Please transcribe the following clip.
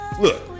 Look